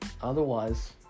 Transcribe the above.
Otherwise